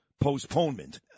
postponement